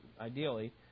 ideally